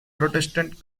protestant